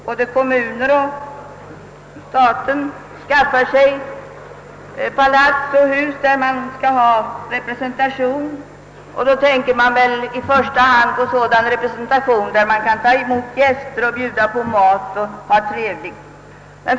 Både kommuner och staten skaffar sig palats och andra hus, till vilka de kan bjuda in gäster på mat och för trevlig samvaro.